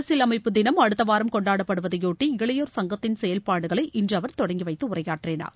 அரசியலமைப்பு தினம் அடுத்த வாரம் கொண்டாடப்படுவதையொட்டி இளையோர் எங்கத்தின் செயல்பாடுகளை இன்று அவர் தொடங்கி வைதது உரையாற்றினார்